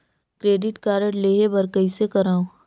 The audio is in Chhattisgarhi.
क्रेडिट कारड लेहे बर कइसे करव?